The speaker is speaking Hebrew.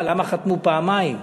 למה חתמו פעמיים: